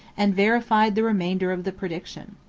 and verified the remainder of the prediction.